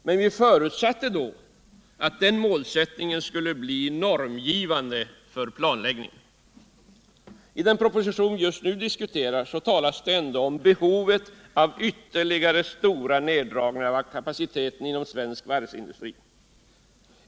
Men vi förutsatte då att den målsättningen skulle bli normgivande för planläggningen. I den proposition vi just nu diskuterar talas om behovet av ytterligare stora neddragningar av kapaciteten inom svensk varvsindustri.